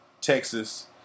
Texas